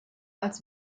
als